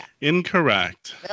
Incorrect